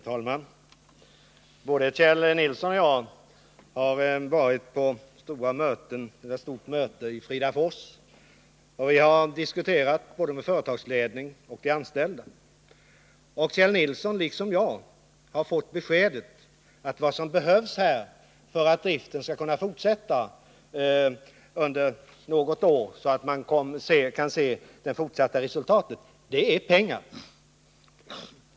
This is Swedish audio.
Herr talman! Både Kjell Nilsson och jag har varit med på ett stort möte i Fridafors, och vi har diskuterat såväl med företagsledningen som med de anställda. Kjell Nilsson har liksom jag fått beskedet att vad som behövs för att driften skall kunna fortsätta ytterligare något år är pengar.